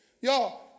Y'all